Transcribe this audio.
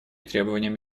требованиям